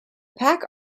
pak